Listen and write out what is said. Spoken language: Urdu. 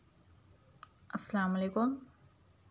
السّلام علیکم